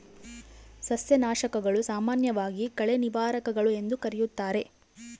ಸಸ್ಯನಾಶಕಗಳು, ಸಾಮಾನ್ಯವಾಗಿ ಕಳೆ ನಿವಾರಕಗಳು ಎಂದೂ ಕರೆಯುತ್ತಾರೆ